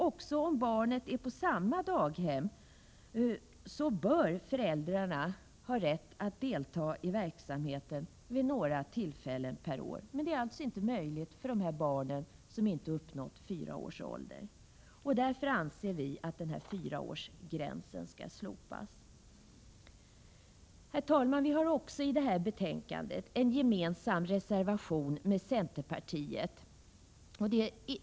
Också om barnet är på samma daghem bör föräldrarna ha rätt att delta i verksamheten vid några tillfällen per år. Det är alltså inte möjligt för de barn som inte uppnått fyra års ålder. Därför anser vi att fyraårsgränsen bör slopas. Herr talman! Vi har i det här betänkandet en gemensam reservation med centerpartiet.